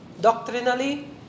doctrinally